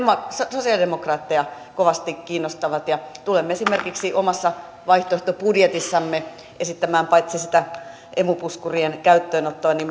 sosialidemokraatteja kovasti kiinnostavat ja tulemme esimerkiksi omassa vaihtoehtobudjetissamme esittämään paitsi emu puskurien käyttöönottoa myös